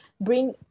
bring